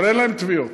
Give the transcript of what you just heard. אבל אין להם תביעות,